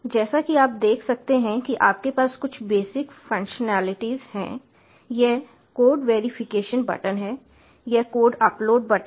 जैसा कि आप देख सकते हैं कि आपके पास कुछ बेसिक फंक्शनैलिटीज हैं यह कोड वेरीफिकेशन बटन है यह कोड अपलोड बटन है